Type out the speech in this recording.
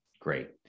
Great